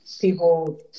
people